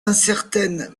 incertaine